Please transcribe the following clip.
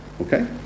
Okay